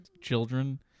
children